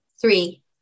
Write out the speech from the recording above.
three